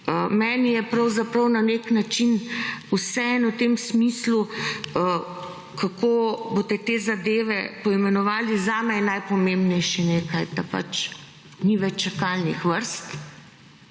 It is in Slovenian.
meni je pravzaprav na nek način vseeno v tem smislu, kako boste te zadeve poimenovali. Zame je najpomembnejše nekaj, da pač ni več čakalnih vrst